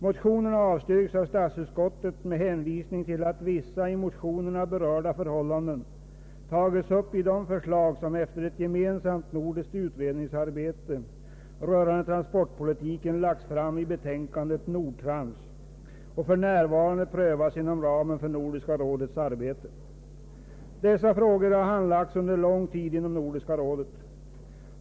Motionerna avstyrks av statsutskottet med hänvisning till att vissa i motionerna berörda förhållanden tagits upp i de förslag som efter ett gemensamt nordiskt = utredningsarbete rörande transportpolitiken lagts fram i betänkandet Nordtrans och för närvarande prövas inom ramen för Nordiska rådets arbete. Dessa frågor har handlagts under lång tid inom Nordiska rådet.